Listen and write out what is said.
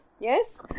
Yes